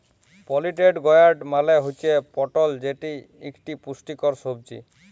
পলিটেড গয়ার্ড মালে হুচ্যে পটল যেটি ইকটি পুষ্টিকর সবজি